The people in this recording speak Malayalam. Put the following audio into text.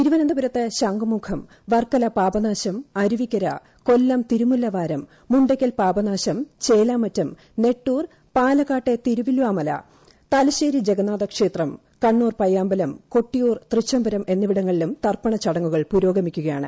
തിരുവനന്തപുരത്ത് ശംഖുമുഖം വർക്കല പാപനാശം അരുവിക്കര കൊല്ലം തിരുമുല്ലവാരം മുണ്ടയ്ക്കൽ പാപനാശം ചേലാമറ്റം നെട്ടൂർ പാലക്കാട്ടെ തിരുവിലാമല തലശ്ശേരി ജഗന്നാഥ ക്ഷേത്രം കണ്ണൂർ പയ്യാമ്പലം കൊട്ടിയൂർ തൃച്ചംബരം എന്നിവിടങ്ങളിലും തർപ്പണ ചടങ്ങുകൾ പുരോഗമിക്കുകയാണ്